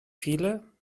viele